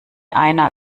einer